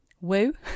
woo